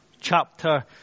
chapter